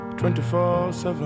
24/7